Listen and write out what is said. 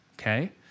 okay